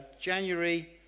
January